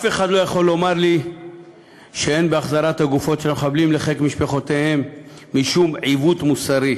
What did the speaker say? אף אחד לא יכול לומר לי שאין בהחזרת הגופות למשפחות משום עיוות מוסרי,